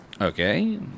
Okay